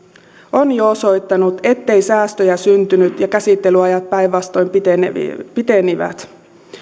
on jo osoittanut että säästöjä ei syntynyt ja käsittelyajat päinvastoin pitenivät